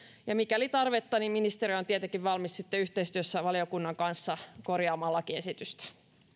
ja mikäli on tarvetta ministeriö on tietenkin valmis sitten yhteistyössä valiokunnan kanssa korjaamaan lakiesitystä